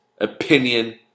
opinion